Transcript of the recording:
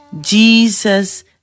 Jesus